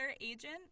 agent